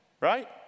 right